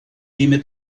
dime